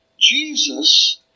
Jesus